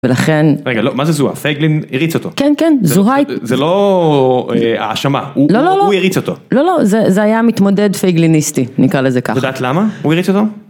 ולכן... רגע לא, מה, זוהר פייגלין הריץ אותו? כן כן, זה לא... האשמה לא לא לא, הוא הריץ אותו לא לא, זה היה מתמודד פייגליניסטי, נקרא לזה ככה. את יודעת למה, הוא הריץ אותו?